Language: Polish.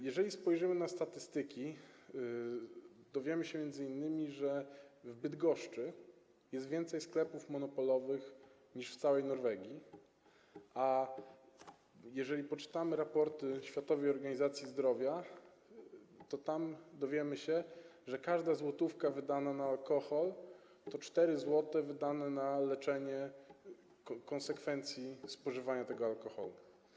Jeżeli spojrzymy na statystyki, dowiemy się m.in., że w Bydgoszczy jest więcej sklepów monopolowych niż w całej Norwegii, a jeżeli poczytamy raporty Światowej Organizacji Zdrowia, to dowiemy się, że każda złotówka wydana na alkohol to 4 zł wydane na leczenie konsekwencji spożywania tego alkoholu.